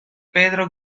pedro